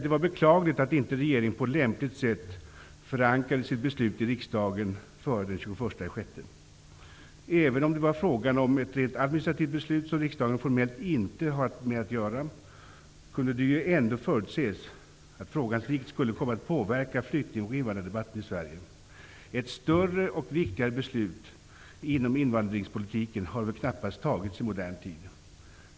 Det var beklagligt att regeringen inte på lämpligt sätt förankrade sitt beslut i riksdagen före den 21 juni. Även om det var fråga om ett rent administrativt beslut, som riksdagen formellt inte har med att göra, kunde det ju ändå förutses att frågan var av sådan vikt att den skulle komma att påverka flykting och invandrardebatten i Sverige. Ett större och viktigare beslut har väl knappast fattats inom invandringspolitiken i modern tid.